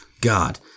God